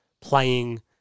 playing